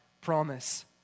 promise